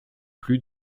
plus